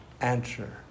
answer